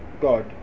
God